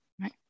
right